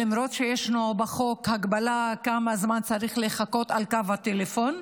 למרות שישנה בחוק הגבלה כמה זמן צריך לחכות על קו הטלפון,